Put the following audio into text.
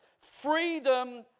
Freedom